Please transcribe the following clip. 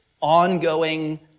ongoing